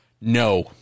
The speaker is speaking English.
No